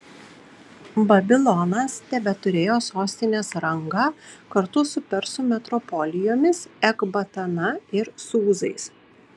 babilonas tebeturėjo sostinės rangą kartu su persų metropolijomis ekbatana ir sūzais